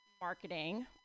marketing